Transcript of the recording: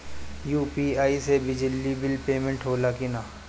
UPI से बिजली bill payment होला कि न?